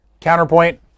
Counterpoint